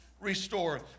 Restore